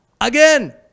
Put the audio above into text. again